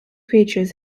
creatures